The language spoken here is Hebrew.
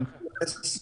אפשר להתייחס?